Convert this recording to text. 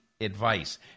advice